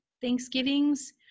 Thanksgivings